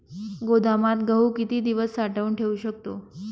गोदामात गहू किती दिवस साठवून ठेवू शकतो?